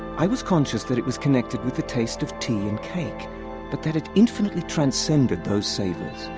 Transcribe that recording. i was conscious that it was connected with the taste of tea and cake but that it infinitely transcended those savours,